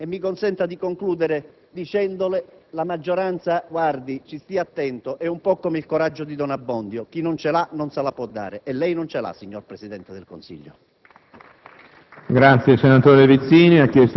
ma non ha una maggioranza politica. Mi consenta di concludere dicendole che la maggioranza - stia ben attento - è un po' come il coraggio di don Abbondio: chi non ce l'ha non se la può dare. E lei non ce l'ha, signor Presidente del Consiglio.